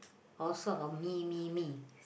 all sort of mee mee mee